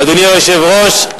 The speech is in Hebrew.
אדוני היושב-ראש,